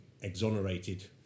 exonerated